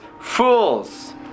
fools